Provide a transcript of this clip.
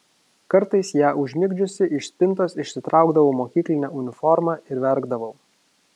kartais ją užmigdžiusi iš spintos išsitraukdavau mokyklinę uniformą ir verkdavau